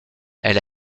elle